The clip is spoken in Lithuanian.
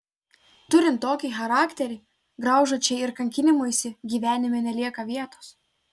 turint tokį charakterį graužačiai ir kankinimuisi gyvenime nelieka vietos